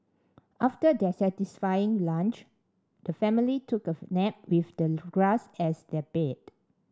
after their satisfying lunch the family took of nap with the grass as their bed